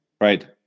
right